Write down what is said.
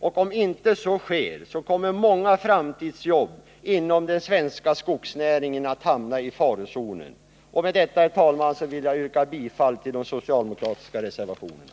Om så inte sker kommer många framtidsjobb inom den svenska skogsnäringen att hamna i farozonen. Med detta, herr talman, vill jag yrka bifall till de socialdemokratiska reservationerna.